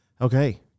Okay